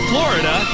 Florida